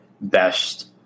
best